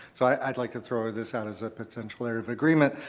so i'd like to throw this out as a potential area of agreement.